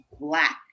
black